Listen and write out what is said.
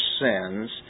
sins